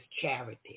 charity